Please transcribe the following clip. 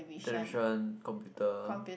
television computer